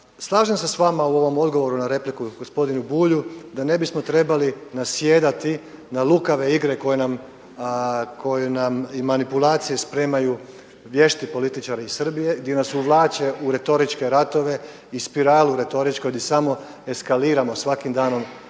Slažem se s vama u ovom odgovoru na repliku gospodinu Bulju, da ne bismo trebali nasjedati na lukave igre koje nam i manipulacije spremaju vješti političari iz Srbije gdje nas uvlače u retoričke ratove i spiralu retoričku gdje samo eskaliramo svakim danom